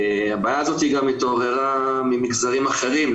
הבעיה הזאת גם התעוררה ממגזרים אחרים,